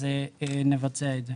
אז נבצע את זה.